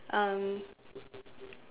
um